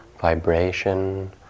vibration